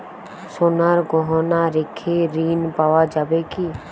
সোনার গহনা রেখে ঋণ পাওয়া যাবে কি?